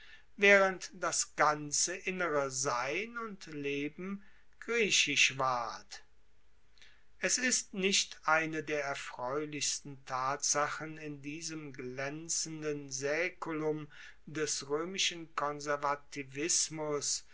waehrend das ganze innere sein und leben griechisch ward es ist nicht eine der erfreulichsten tatsachen in diesem glaenzenden saeculum des roemischen